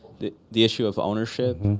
the the issue of ownership,